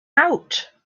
out